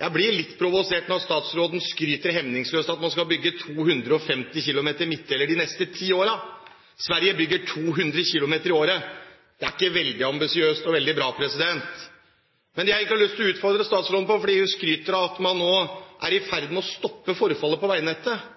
Jeg blir litt provosert når statsråden skryter hemningsløst av at man skal bygge 250 km midtdeler de neste ti årene. Sverige bygger 200 km i året. Så det er ikke veldig ambisiøst og veldig bra. Men det jeg egentlig har lyst til å utfordre statsråden på fordi hun skryter av at man nå er i ferd med å stoppe forfallet på veinettet,